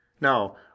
Now